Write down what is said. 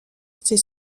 ses